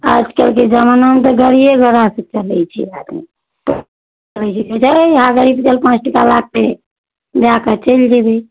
आजकलके जमानामे तऽ गड़िये घोड़ासँ चलय छै आदमी पाँच टाका लागतय दए कऽ चलि जेबय